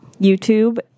YouTube